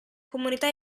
comunità